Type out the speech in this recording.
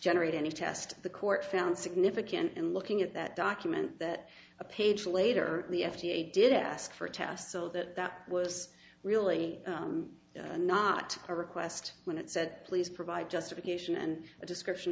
generate any test the court found significant in looking at that document that a page later the f d a did ask for a test so that that was really not a request when it said please provide justification and a description